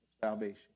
salvation